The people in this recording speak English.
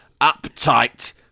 uptight